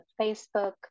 Facebook